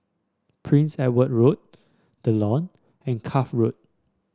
Prince Edward Road The Lawn and Cuff Road